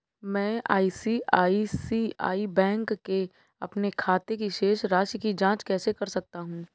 मैं ICICI bank के अपने खाते की शेष राशि की जाँच कैसे कर सकता हूँ?